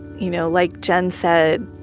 you know, like jen said,